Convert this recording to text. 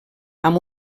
amb